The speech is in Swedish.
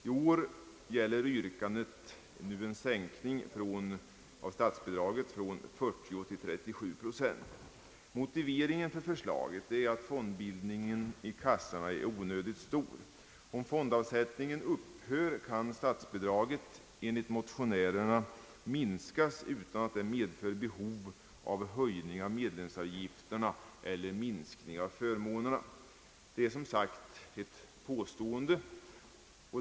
I år gäller yrkandet en sänkning av statsbidraget från 40 till 37 procent. Motiveringen för förslaget är att fondbildningen i kassorna är onödigt stor. Om fondavsättningen upphör kan statsbidraget enligt motionärerna minskas utan att detta medför behov av höjning av medlemsavgifterna eller minskning av förmånerna. Det är som sagt ett påstående.